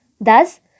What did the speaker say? thus